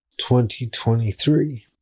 2023